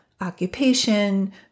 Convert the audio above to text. occupation